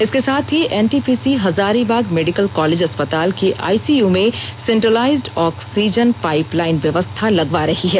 इसके साथ ही एनटीपीसी हजारीबाग मेडिकल कॉलेज अस्पताल के आईसीयू में सेंट्रलाइज्ड ऑक्सीजन पाइप लाइन व्यवस्था लगवा रही है